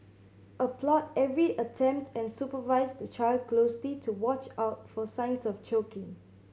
applaud every attempt and supervise the child closely to watch out for signs of choking